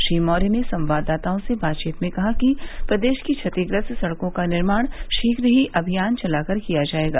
श्री मौर्य ने संवाददाताओं से बातचीत में कहा कि प्रदेश की क्षतिग्रस्त सड़कों का निर्माण शीघ्र ही अभियान चलाकर किया जायेगा